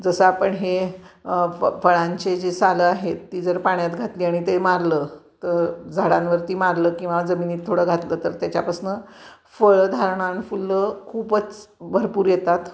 जसं आपण हे फ फळांचे जी सालं आहेत ती जर पाण्यात घातली आणि ते मारलं तर झाडांवरती मारलं किंवा जमिनीत थोडं घातलं तर त्याच्यापासून फळंधारणा आणि फुलं खूपच भरपूर येतात